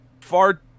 far